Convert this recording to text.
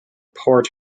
port